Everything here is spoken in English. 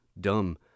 dumb